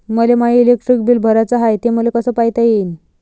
मले my electric bill भराचं हाय, ते मले कस पायता येईन?